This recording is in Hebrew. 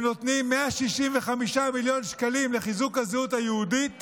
הם נותנים 165 מיליון שקלים לחיזוק הזהות היהודית